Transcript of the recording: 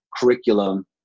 curriculum